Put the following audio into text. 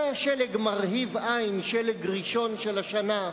זה היה שלג מרהיב עין, שלג ראשון של השנה,